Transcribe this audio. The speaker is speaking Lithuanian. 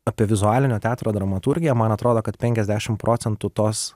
apie vizualinio teatro dramaturgiją man atrodo kad penkiasdešim procentų tos